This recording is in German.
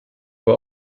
war